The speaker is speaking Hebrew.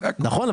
נכון.